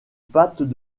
pattes